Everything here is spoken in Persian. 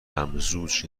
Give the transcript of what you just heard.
ممزوج